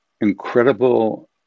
incredible